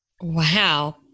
Wow